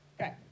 Okay